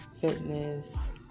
fitness